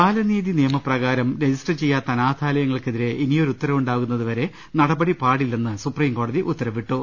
ബാലനീതി നിയമപ്രകാരം ്രജിസ്റ്റർ ചെയ്യാത്ത അനാഥാലയ ങ്ങൾക്കെതിരെ ഇനിയൊരു ഉത്തരവുണ്ടാകുന്നത് വരെ നടപടി പാടി ല്ലെന്ന് സൂപ്രീം കോടതി ഉത്തരവിട്ടു